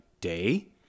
day